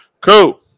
Cool